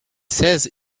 says